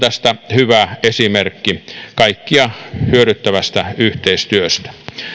hyvä esimerkki tästä kaikkia hyödyttävästä yhteistyöstä